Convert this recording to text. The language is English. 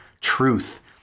truth